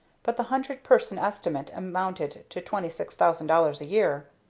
but the hundred-person estimate amounted to twenty six thousand dollars a year.